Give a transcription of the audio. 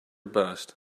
bust